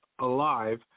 alive